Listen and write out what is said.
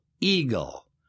eagle